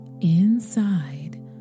inside